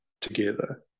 together